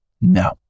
no